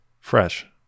fresh